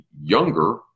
younger